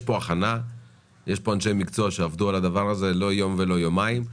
יש פה הכנה ויש אנשי מקצוע שעבדו על הדבר הזה לא יום ולא יומיים.